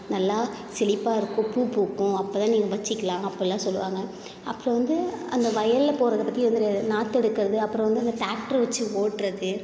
நல்லா செழிப்பாக இருக்கும் பூ பூக்கும் அப்போ தான் நீங்கள் வெச்சுக்கலாம் அப்படின்லாம் சொல்வாங்க அப்பறம் வந்து அந்த வயலில் போடுறத பற்றி எதுவும் தெரியாது நாற்று எடுக்கிறது அப்பறம் வந்து அந்த ட்ராக்டர் வெச்சு ஓட்டுறது